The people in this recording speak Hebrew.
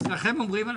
הרי אם תסגור היום,